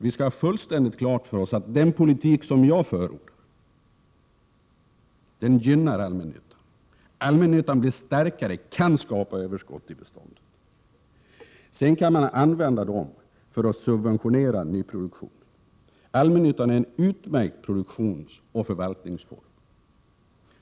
Vi skall ha fullständigt klart för oss, att den politik som jag förordar gynnar allmännyttan. Den blir starkare och kan skapa överskott i beståndet, som sedan kan användas för att subventionera nyproduktionen. Allmännyttan är en utmärkt produktionsoch förvaltningsform.